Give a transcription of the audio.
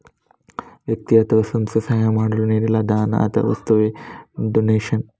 ವ್ಯಕ್ತಿ ಅಥವಾ ಸಂಸ್ಥೆಗೆ ಸಹಾಯ ಮಾಡಲು ನೀಡಲಾದ ಹಣ ಅಥವಾ ವಸ್ತುವವೇ ಡೊನೇಷನ್